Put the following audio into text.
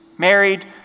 Married